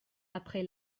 après